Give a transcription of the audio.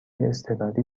اضطراری